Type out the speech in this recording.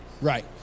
Right